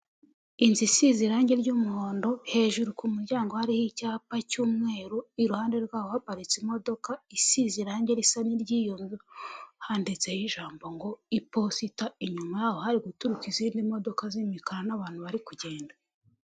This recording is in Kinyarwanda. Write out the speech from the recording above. Inzu isize irangi ry'umuhondo, hejuru ku muryango hariho icyapa cy'umweru, iruhande rwaho haparitse imodoka isize irangi risa n'iry'iyo nzu, handitseho ijambo ngo iposita, inyuma yaho hari guturuka izindi modoka z'imikara n'abantu bari kugenda.